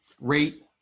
rate